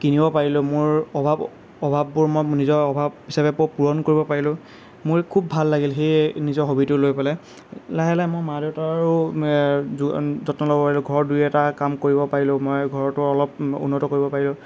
কিনিব পাৰিলোঁ মোৰ অভাৱ অভাৱবোৰ মই নিজৰ অভাৱ হিচাপে পূৰণ কৰিব পাৰিলোঁ মোৰ খুব ভাল লাগিল সেই নিজৰ হ'বীটো লৈ পেলাই লাহে লাহে মই মা দেউতাৰো যো যত্ন ল'ব পাৰিলোঁ ঘৰৰ দুই এটা কাম কৰিব পাৰিলোঁ মই ঘৰটো অলপ উন্নত কৰিব পাৰিলোঁ